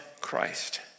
Christ